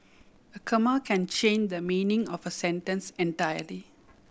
a comma can change the meaning of a sentence entirely